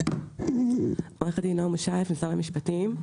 אני ממשרד המשפטים.